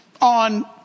On